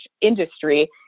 industry